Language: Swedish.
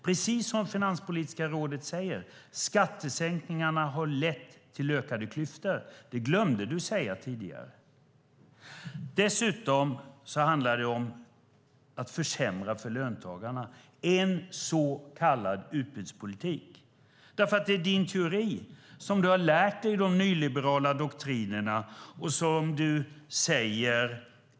Precis som Finanspolitiska rådet säger har skattesänkningarna lett till ökade klyftor. Det glömde du att säga tidigare. Dessutom handlar det om att försämra för löntagarna, en så kallad utbudspolitik. Det är nämligen din teori som du har lärt dig i de nyliberala doktrinerna.